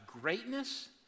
greatness